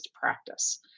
practice